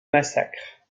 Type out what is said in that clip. massacre